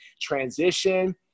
transition